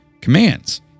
commands